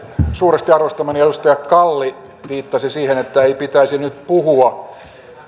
suuresti arvostamani edustaja kalli viittasi siihen että ei pitäisi nyt puhua